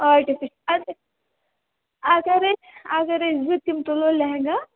اَدٕ اگر أسۍ اگر أسۍ زٕ تِم تُلو لہنگاہ